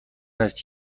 است